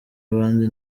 abandi